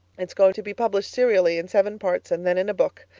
it's going to be published serially in seven parts, and then in a book!